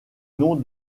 noms